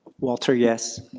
walter, yes.